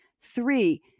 Three